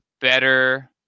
better